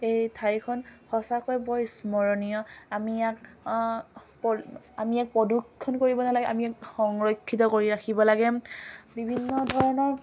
এই ঠাইখন সঁচাকৈ বৰ স্মৰণীয় আমি ইয়াক আমি ইয়াক প্ৰদূষণ কৰিব নালাগে আমি ইয়াক সংৰক্ষিত কৰি ৰাখিব লাগে বিভিন্ন ধৰণৰ